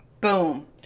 boom